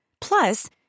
Plus